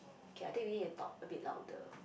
okay I think we need to talk a bit louder